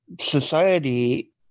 society